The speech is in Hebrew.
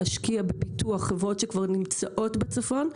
להשקיע בפיתוח חברות שכבר נמצאות בצפון.